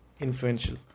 influential